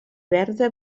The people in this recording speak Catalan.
verda